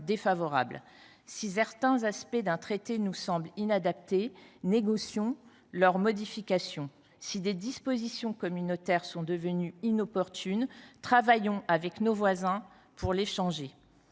défavorables. Si certains aspects d’un traité nous semblent inadaptés, négocions leur modification. Si des dispositions communautaires sont devenues inopportunes, travaillons avec nos voisins pour les changer